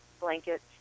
blankets